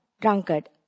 drunkard